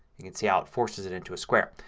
you can see how it forces it into a square.